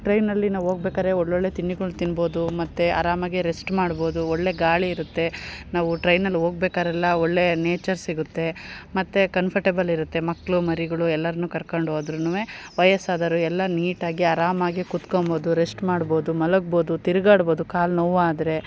ಟ್ರೈನಲ್ಲಿ ನಾವು ಹೋಗ್ಬೇಕಾರೆ ಒಳ್ಳೊಳ್ಳೆಯ ತಿಂಡಿಗಳು ತಿನ್ಬೋದು ಮತ್ತು ಆರಾಮಾಗಿ ರೆಸ್ಟ್ ಮಾಡ್ಬೋದು ಒಳ್ಳೆಯ ಗಾಳಿ ಇರುತ್ತೆ ನಾವು ಟ್ರೈನಲ್ಲಿ ಹೋಗ್ಬೇಕಾರೆಲ್ಲ ಒಳ್ಳೆಯ ನೇಚರ್ ಸಿಗುತ್ತೆ ಮತ್ತು ಕನ್ಫಟೆಬಲ್ ಇರುತ್ತೆ ಮಕ್ಕಳು ಮರಿಗಳು ಎಲ್ಲರನ್ನು ಕರ್ಕಂಡು ಹೋದರೂನುವೆ ವಯಸ್ಸಾದವ್ರು ಎಲ್ಲ ನೀಟಾಗಿ ಆರಾಮಾಗಿ ಕುತ್ಕೊಂಬೌದು ರೆಶ್ಟ್ ಮಾಡ್ಬೋದು ಮಲಗ್ಬೋದು ತಿರುಗಾಡ್ಬೋದು ಕಾಲು ನೋವಾದರೆ